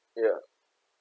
ya